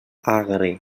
agre